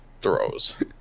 throws